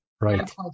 Right